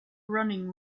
running